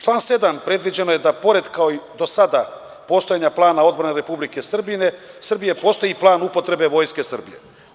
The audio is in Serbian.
Član 7. predviđeno je da pored kao i do sada postojanja plana odbrane Republike Srbije postoji i plan upotrebe Vojske Srbije.